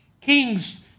kings